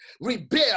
rebel